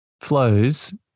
flows